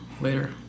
later